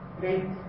great